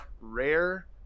rare